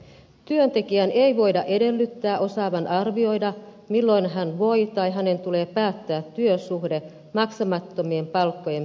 työntekijän ei voida edellyttää osaavan arvioida milloin hän voi tai hänen tulee päättää työsuhde maksamattomien palkkojen perusteella